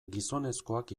gizonezkoak